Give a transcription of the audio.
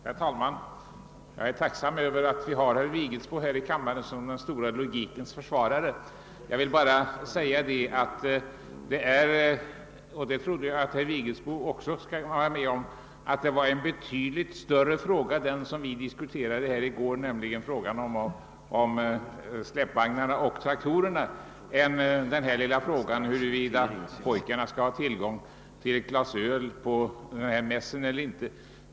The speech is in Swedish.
Herr talman! Jag är tacksam för att vi har herr Vigelsbo här i kammaren som logikens store försvarare. Jag trodde dock att herr Vigelsbo kunde hålla med om att den fråga vi diskuterade i går — frågan om skatt på släpvagnar och traktorer — var betydligt större än denna lilla fråga, om pojkarna skall ha tillgång till ett glas öl på mässen eller inte.